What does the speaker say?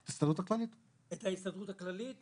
את ההסתדרות הכללית.